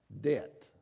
debt